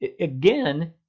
again